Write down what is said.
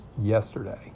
yesterday